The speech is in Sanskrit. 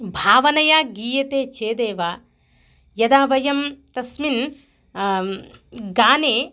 भावनया गीयते चेदेव यदा वयं तस्मिन् गाने